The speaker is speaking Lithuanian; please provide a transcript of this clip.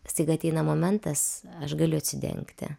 staiga ateina momentas aš galiu atsidengti